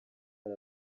ari